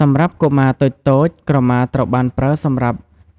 សម្រាប់កុមារតូចៗ ក្រមាត្រូវបានប្រើសម្រាប់